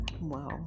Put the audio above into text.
wow